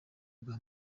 bwa